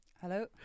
Hello